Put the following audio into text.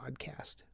podcast